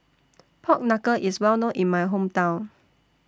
Pork Knuckle IS Well known in My Hometown